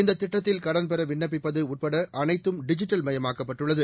இந்த திட்டத்தில் கடன் பெற விண்ணப்பிப்பது உப்பட அனைத்தும் டிஜிட்டல் மயமாக்கப்பட்டுள்ளது